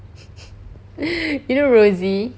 you know rosie